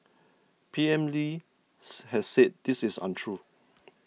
P M Lee has said this is untrue